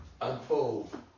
unfold